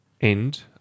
End